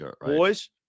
Boys